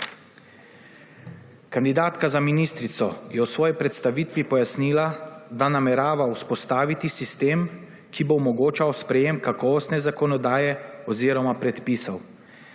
Kandidatka za ministrico je v svoji predstavitvi pojasnila, da namerava vzpostaviti sistem, ki bo omogočal sprejetje kakovostne zakonodaje oziroma predpisov.